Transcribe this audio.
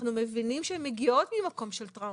אנחנו מבינים שהן מגיעות ממקום של טראומה,